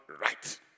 right